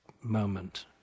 moment